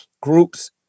groups